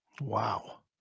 Wow